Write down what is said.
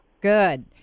Good